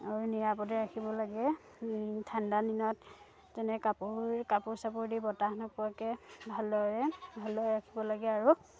আৰু নিৰাপদে ৰাখিব লাগে ঠাণ্ডা দিনত যেনে কাপোৰ কাপোৰ চাপোৰ দি বতাহ নোপোৱাকৈ ভালদৰে ভালদৰে ৰাখিব লাগে আৰু